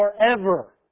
forever